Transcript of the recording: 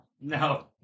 no